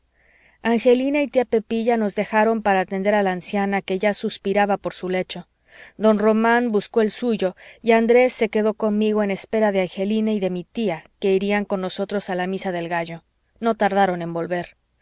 angelina y tía pepilla nos dejaron para atender a la anciana que ya suspiraba por su lecho don román buscó el suyo y andrés se quedó conmigo en espera de angelina y de mi tía que irían con nosotros a la misa del gallo no tardaron